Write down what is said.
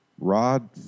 Rod